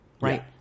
Right